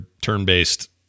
turn-based